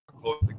close